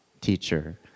teacher